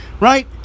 right